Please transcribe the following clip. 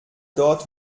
dort